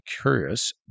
curious